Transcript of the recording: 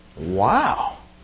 Wow